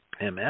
MS